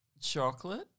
Chocolate